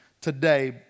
today